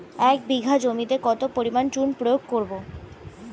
এক বিঘা জমিতে কত পরিমাণ চুন প্রয়োগ করব?